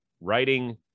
writing